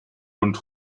rund